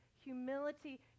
humility